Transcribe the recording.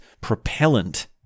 propellant